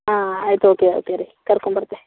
ಹಾಂ ಆಯ್ತು ಓಕೆ ಆಯ್ತು ರೀ ಕರ್ಕೊಂಬರ್ತೆ